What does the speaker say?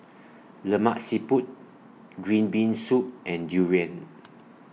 Lemak Siput Green Bean Soup and Durian